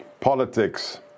politics